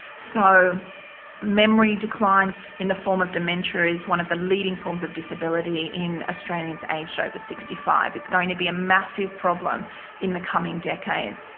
so memory decline in the form of dementia is one of the leading forms of disability disability in australians aged over sixty five, it's going to be a massive problem in the coming decades.